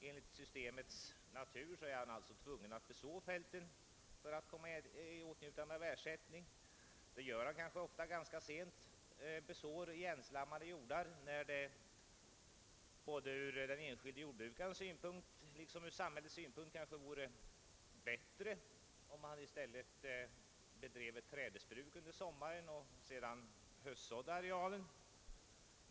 Enligt systemets natur är han tvungen att beså fälten för att komma i åtnjutande av ersättning. Detta gör han kanske ganska sent — han besår igenslammade jordar när det både från den enskilde jordbrukarens synpunkt och från samhällets synpunkt vore bättre om han i stället bedrev ett trädesbruk under sommaren och sedan höstsådde arealen.